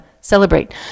Celebrate